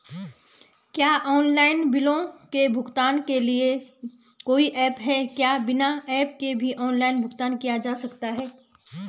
क्या ऑनलाइन बिलों के भुगतान के लिए कोई ऐप है क्या बिना ऐप के भी ऑनलाइन भुगतान किया जा सकता है?